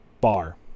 bar